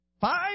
Five